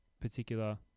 particular